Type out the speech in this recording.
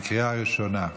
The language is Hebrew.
בקריאה ראשונה.